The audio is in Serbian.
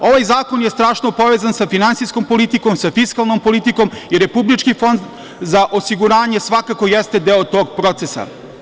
Ovaj zakon je strašno povezan sa finansijskom politikom, sa fiskalnom politikom i Republički fond za osiguranje svakako jeste deo tog proces.